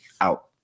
out